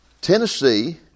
Tennessee